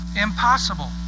Impossible